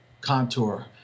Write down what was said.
contour